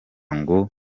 ngo